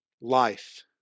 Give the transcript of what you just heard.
life